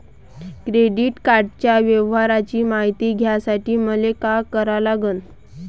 Credit कार्डाच्या व्यवहाराची मायती घ्यासाठी मले का करा लागन?